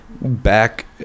back